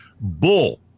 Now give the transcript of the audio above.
Bull